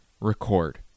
record